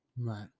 Right